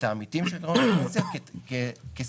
העמיתים של קרנות הפנסיה כסובסידיה,